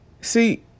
See